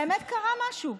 באמת קרה משהו.